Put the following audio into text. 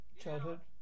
childhood